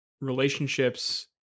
relationships